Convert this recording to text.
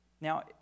Now